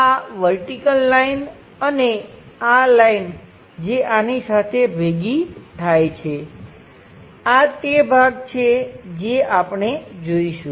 આ vertical line અને આ લાઈન જે આની સાથે ભેગી થાય છે આ તે ભાગ છે જે આપણે જોઈશું